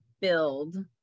build